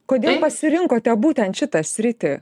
kodėl pasirinkote būtent šitą sritį